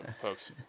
folks